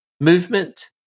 movement